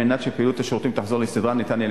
על מנת שפעילות השירותים תחזור לסדרה וניתן יהיה